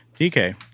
DK